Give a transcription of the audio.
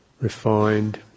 refined